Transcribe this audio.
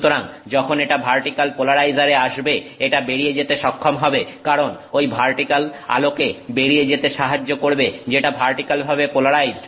সুতরাং যখন এটা ভার্টিক্যাল পোলারাইজারে আসবে এটা বেরিয়ে যেতে সক্ষম হবে কারণ ঐ ভার্টিক্যাল আলোকে বেরিয়ে যেতে সাহায্য করবে যেটা ভার্টিক্যালভাবে পোলারাইজড